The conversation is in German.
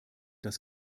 das